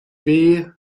weh